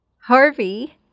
Harvey